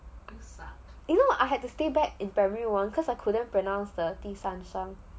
you know I had to stay back in primary one because I couldn't pronounce 第三声